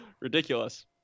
Ridiculous